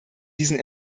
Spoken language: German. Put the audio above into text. diesen